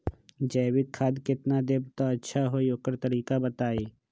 जैविक खाद केतना देब त अच्छा होइ ओकर तरीका बताई?